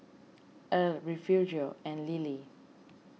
Erle Refugio and Lilie